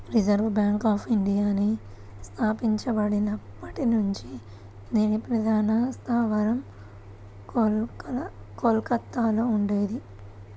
reserve bank of ఇండియాని స్థాపించబడినప్పటి నుంచి దీని ప్రధాన స్థావరం కోల్కతలో ఉండేది